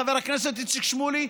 חבר הכנסת איציק שמולי,